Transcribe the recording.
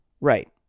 Right